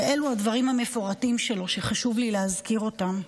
ואלו הדברים המפורטים שלו, שחשוב לי להזכיר אותם.